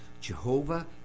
Jehovah